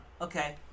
okay